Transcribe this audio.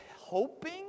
hoping